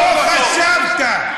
לא חשבת,